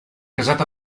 casat